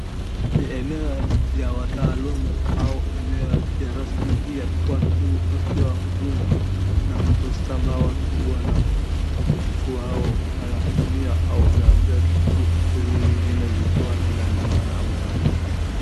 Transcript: ni eneo ya wataalamu au eneo ya rasmi ya watu wakiwahuduma. Ni poster ambayo watu huwa wanakuwa nao wanahudumia au wanaambiwa kitu vitu ingine zikiwa zinaandamana ama wanaandika.